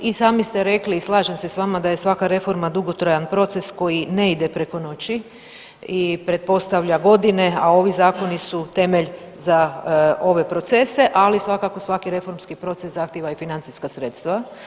I sami ste rekli i slažem se s vama da je svaka reforma dugotrajan proces koji ne ide preko noći i pretpostavlja godine, a ovi zakoni su temelj za ove procese, ali svakako svaki reformski proces zahtjeva i financijska sredstva.